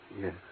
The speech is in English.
Yes